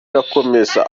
irakomeza